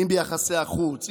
אם ביחסי החוץ,